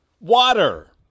water